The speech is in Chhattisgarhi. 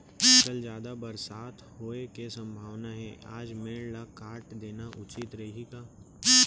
कल जादा बरसात होये के सम्भावना हे, आज मेड़ ल काट देना उचित रही का?